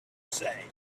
say